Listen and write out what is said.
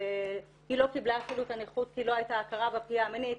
היא לא קיבלה אפילו את הנכות כי לא הייתה הכרה בפגיעה המינית,